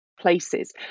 places